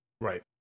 Right